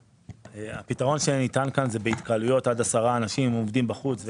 הפתרון שניתן כאן הוא בהתקהלויות עד 10 אנשים שעומדים בחוץ.